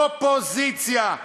אופוזיציה,